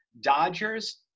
Dodgers